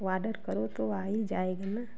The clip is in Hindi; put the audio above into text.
वार्डर करो तो आ जाएगी न